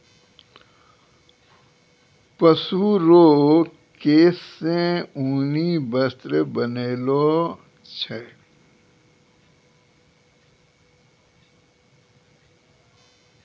पशु रो केश से ऊनी वस्त्र बनैलो छै